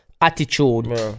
attitude